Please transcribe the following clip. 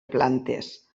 plantes